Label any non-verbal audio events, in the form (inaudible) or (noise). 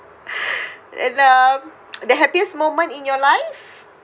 and um (noise) the happiest moment in your life